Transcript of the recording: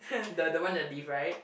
the the one in the lift right